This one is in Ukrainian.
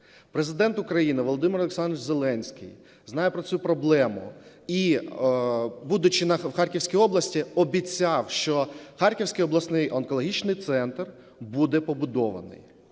Президент України Володимир Олександрович Зеленський знає про цю проблему і, будучи в Харківській області, обіцяв, що Харківський обласний онкологічний центр буде побудований.